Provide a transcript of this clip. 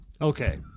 Okay